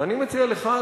ואני מציע לך,